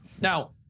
Now